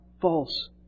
false